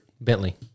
Bentley